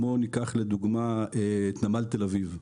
ניקח לדוגמה את נמל תל אביב,